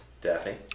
Daffy